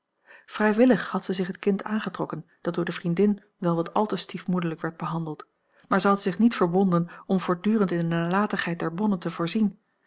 vrijwillig had zij zich het kind aangetrokken dat door de vriendin wel wat al te stiefmoederlijk werd behandeld maar zij had zich niet verbonden om voortdurend in de nalatigheid der bonne te voorzien